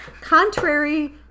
contrary